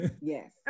Yes